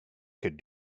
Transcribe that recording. could